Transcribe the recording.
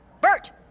Bert